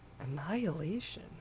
Annihilation